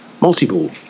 multi-ball